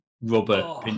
rubber